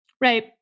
Right